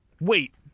Wait